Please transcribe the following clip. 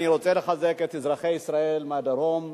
אני רוצה לחזק את אזרחי ישראל מהדרום,